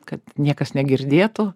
kad niekas negirdėtų